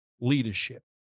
leadership